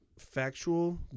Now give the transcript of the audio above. factual